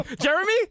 Jeremy